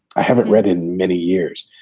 i haven't read in many years,